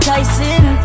Tyson